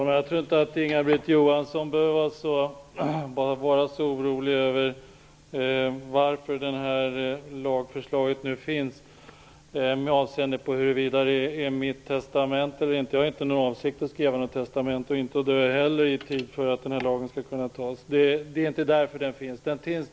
Herr talman! Inga-Britt Johansson behöver inte vara så orolig över huruvida det här lagförslaget är mitt testamente eller inte. Jag har inte för avsikt att skriva något testamente och inte heller att dö för att den här lagen skall kunna antas. Det är inte därför som den finns.